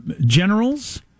Generals